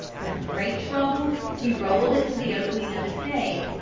with great trouble he rolled it to the opening of his cave,